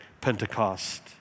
Pentecost